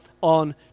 on